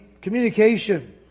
communication